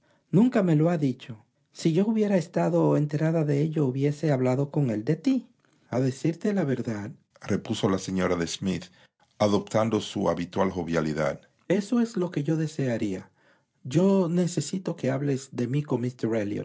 nunca me lo ha dicho si yo hubiera estado enterada de ello hubiese hablado con él de ti a decirte la verdadrepuso la señera de smith adoptando su habitual jovialidad eso es lo que yo desearía yo necesito que hables de mí con